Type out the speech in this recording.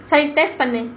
scientists pending